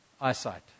eyesight